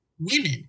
women